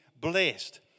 blessed